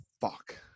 fuck